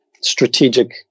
strategic